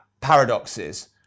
paradoxes